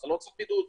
אתה לא צריך בידוד.